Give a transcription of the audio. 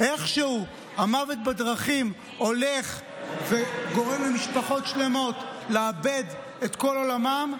איכשהו המוות בדרכים גורם למשפחות שלמות לאבד את כל עולמן,